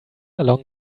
along